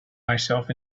myself